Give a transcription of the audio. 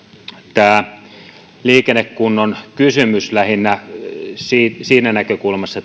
tämä liikennekunnon kysymys lähinnä siinä siinä näkökulmassa